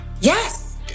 Yes